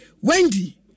Wendy